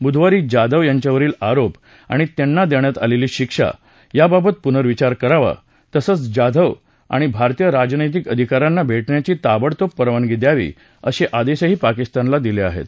बुधवारी जाधव यांच्यावरील आरोप आणि त्यांना देण्यात आलेली शिक्षा याबाबत पुर्नविचार करावा तसंच जाधव यांना भारतीय राजनैतिक अधिकाऱ्यांना भेटण्याची ताबडतोब परवानगी द्यावी असं आदेश पाकिस्तानला दिले होते